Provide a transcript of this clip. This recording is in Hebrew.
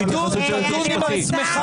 אין בעיה.